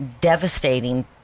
devastating